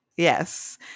Yes